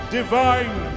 divine